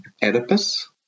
Oedipus